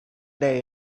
day